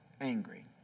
angry